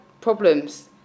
problems